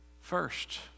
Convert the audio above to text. first